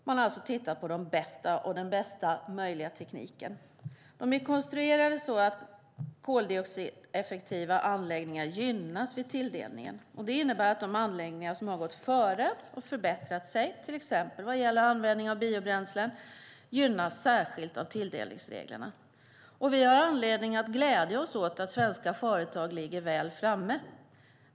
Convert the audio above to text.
Man har alltså tittat på de bästa anläggningarna och den bästa möjliga tekniken. De är konstruerade så att koldioxideffektiva anläggningar gynnas vid tilldelningen. Det innebär att de anläggningar som har gått före och förbättrat sig, till exempel vad gäller användning av biobränslen, gynnas särskilt av tilldelningsreglerna. Vi har anledning att glädja oss åt att svenska företag ligger väl framme.